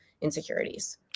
insecurities